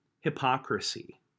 hypocrisy